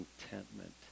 contentment